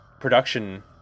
production